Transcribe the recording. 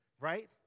right